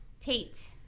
tate